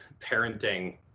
parenting